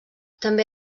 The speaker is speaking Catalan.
també